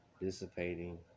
dissipating